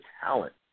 talent